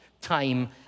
time